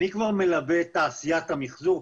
אני מלווה את תעשיית המחזור,